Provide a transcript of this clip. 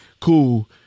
cool